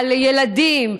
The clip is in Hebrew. על ילדים,